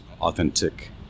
authentic